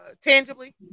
tangibly